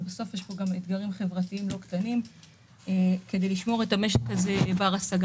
ובסוף יש פה גם אתגרים חברתיים לא קטנים כדי לשמור את המשק הזה בר-השגה.